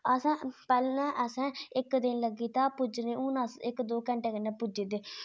असें पैह्लें असें इक दिन लग्गी जन्दा हा पुज्जने हून अस इक दो घैंटे कन्नै पुज्जी जन्दे